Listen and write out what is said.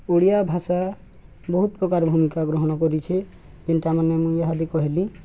ଓଡ଼ିଆ ଭାଷା ବହୁତ ପ୍ରକାର ଭୂମିକା ଗ୍ରହଣ କରିଛି ଯେନ୍ତାମାନେ ମୁଁ ଇହାଦେ କହିଲି